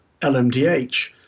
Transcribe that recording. LMDH